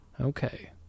Okay